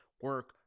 Work